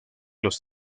los